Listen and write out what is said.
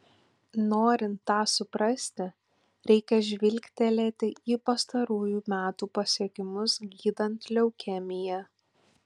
norint tą suprasti reikia žvilgtelėti į pastarųjų metų pasiekimus gydant leukemiją